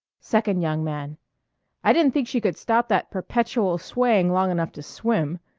second young man i didn't think she could stop that perpetual swaying long enough to swim.